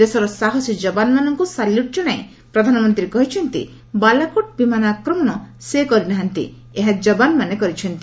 ଦେଶର ସାହସୀ ଯବାନମାନଙ୍କୁ ସାଲ୍ୟୁଟ୍ ଜଣାଇ ପ୍ରଧାନମନ୍ତ୍ରୀ କହିଛନ୍ତି ବାଲାକୋଟ୍ ବିମାନ ଆକ୍ରମଣ ସେ କରି ନାହାନ୍ତି ଏହା ଯବାନମାନେ କରିଛନ୍ତି